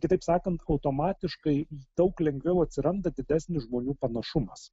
kitaip sakant automatiškai daug lengviau atsiranda didesnis žmonių panašumas